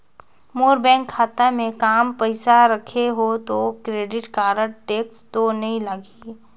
मोर bank खाता मे काम पइसा रखे हो तो क्रेडिट कारड टेक्स तो नइ लाही???